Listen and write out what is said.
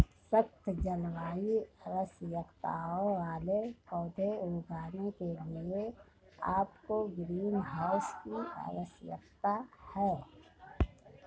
सख्त जलवायु आवश्यकताओं वाले पौधे उगाने के लिए आपको ग्रीनहाउस की आवश्यकता है